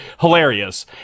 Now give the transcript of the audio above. Hilarious